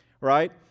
right